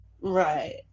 right